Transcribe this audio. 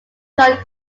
john